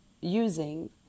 using